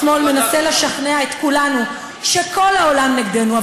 אף שהשמאל מנסה לשכנע את כולנו שכל העולם נגדנו,